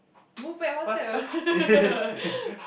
move back one step ah